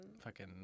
fucking-